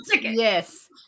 yes